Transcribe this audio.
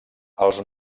els